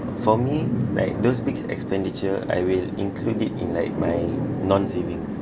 for me like those big expenditure I will include it in like my non savings